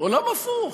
עולם הפוך,